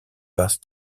parce